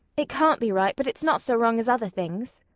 it can't be right but it's not so wrong as other things.